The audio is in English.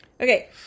Okay